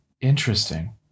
interesting